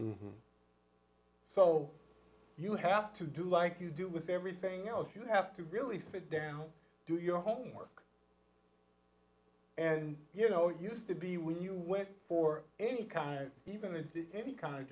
s so you have to do like you do with everything else you have to really sit down do your homework and you know it used to be when you went for any kind even in any kind of